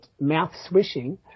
mouth-swishing